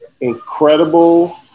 incredible